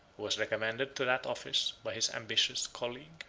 who was recommended to that office by his ambitious colleague.